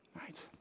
right